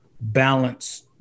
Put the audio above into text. balance